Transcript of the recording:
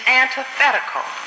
antithetical